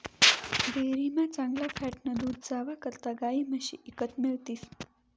डेअरीमा चांगला फॅटनं दूध जावा करता गायी म्हशी ईकत मिळतीस